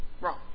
wrong